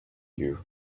you